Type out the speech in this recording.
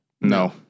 No